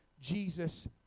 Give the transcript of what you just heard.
Jesus